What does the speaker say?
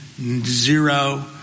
zero